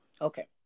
Okay